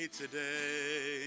today